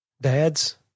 Dads